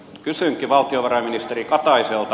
kysynkin valtiovarainministeri kataiselta